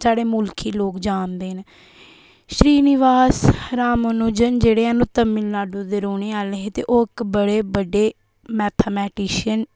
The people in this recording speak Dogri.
स्हाड़े मुल्ख गी लोग जानदे न श्री निबास राम मनोजन जेह्ड़े हैन ओह् तामिल नाडू दे रौह्ने आह्ले हे ते ओह् इक बड़े बड्डे मैथामैटिशन हे